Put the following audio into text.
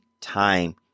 time